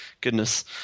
Goodness